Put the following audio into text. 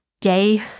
day